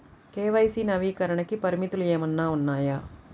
KYC నవీకరణకి పరిమితులు ఏమన్నా ఉన్నాయా?